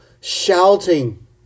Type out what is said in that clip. shouting